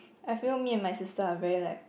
I feel me and my sister are very like